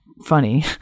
funny